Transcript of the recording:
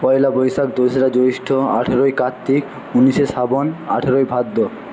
পয়লা বৈশাখ দোসরা জৈষ্ঠ্য আঠেরোই কার্ত্তিক উনিশে শ্রাবণ আঠেরোই ভাদ্র